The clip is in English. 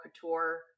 couture